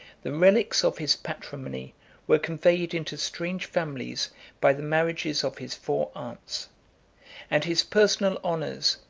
the relics of his patrimony were conveyed into strange families by the marriages of his four aunts and his personal honors,